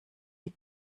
die